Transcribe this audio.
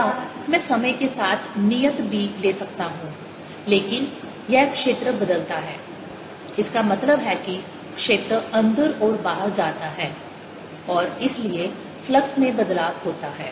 या मैं समय के साथ नियत B ले सकता हूं लेकिन यह क्षेत्र बदलता है इसका मतलब है कि क्षेत्र अंदर और बाहर जाता है और इसलिए फ्लक्स में बदलाव होता है